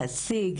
להשיג,